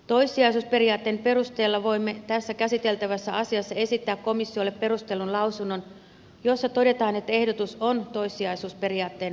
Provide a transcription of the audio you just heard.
toissijaisuusperiaatteen perusteella voimme tässä käsiteltävässä asiassa esittää komissiolle perustellun lausunnon jossa todetaan että ehdotus on toissijaisuusperiaatteen vastainen